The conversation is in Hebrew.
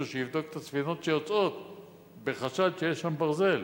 שיבדוק את הספינות שיוצאות בחשד שיש שם ברזל,